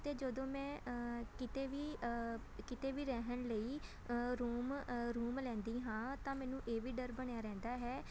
ਅਤੇ ਜਦੋਂ ਮੈਂ ਕਿਤੇ ਵੀ ਕਿਤੇ ਵੀ ਰਹਿਣ ਲਈ ਰੂਮ ਰੂਮ ਲੈਂਦੀ ਹਾਂ ਤਾਂ ਮੈਨੂੰ ਇਹ ਵੀ ਡਰ ਬਣਿਆ ਰਹਿੰਦਾ ਹੈ